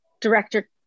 director